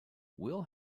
will